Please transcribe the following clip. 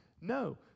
No